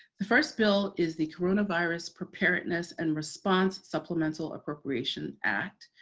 the first bill is the coronavirus preparedness and response supplemental appropriations act,